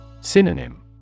Synonym